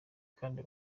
kandi